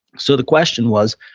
so, the question was,